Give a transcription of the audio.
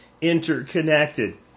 interconnected